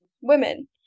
women